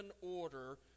order